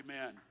amen